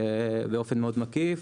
באופן מאוד מקיף.